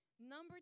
Number